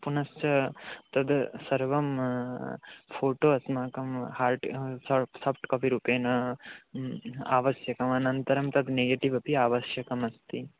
पुनश्च तत् सर्वं फ़ोटो अस्माकं हार्ट् साफ़्ट् साफ़्ट् कापि रूपेण आवश्यकम् अनन्तरं तद् नेगेटिव् पि आवश्यकमस्ति